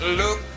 look